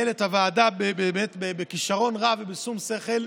שניהל את הוועדה בכישרון רב ובשום שכל.